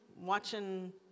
watching